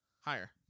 higher